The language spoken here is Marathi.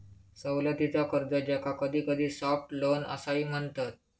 सवलतीचा कर्ज, ज्याका कधीकधी सॉफ्ट लोन असाही म्हणतत